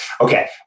Okay